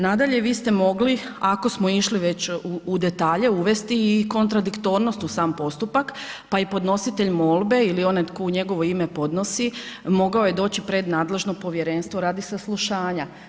Nadalje, vi ste mogli ako smo išli već u detalje uvesti i kontradiktornost u sam postupak pa i podnositelj molbe ili onaj tko u njegovo ime podnosi, mogao je doći pred nadležno povjerenstvo radi saslušanja.